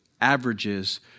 averages